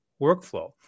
workflow